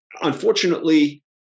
unfortunately